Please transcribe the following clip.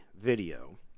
video